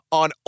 on